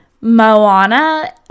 Moana